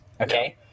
Okay